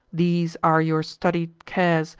these are your studied cares,